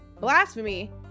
Blasphemy